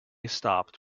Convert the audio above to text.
stopped